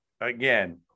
again